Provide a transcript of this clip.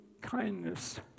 kindness